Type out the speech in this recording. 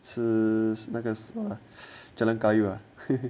是那个 jalan kayu